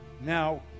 Now